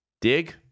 Dig